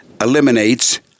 eliminates